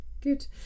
good